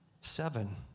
seven